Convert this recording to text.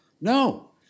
No